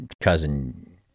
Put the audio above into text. cousin